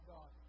God